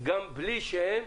גם בלי שהן